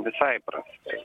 visai prastai